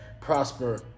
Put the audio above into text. prosper